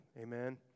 amen